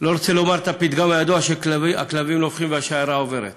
את הפתגם הידוע, שהכלבים נובחים והשיירה עוברת.